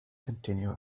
continue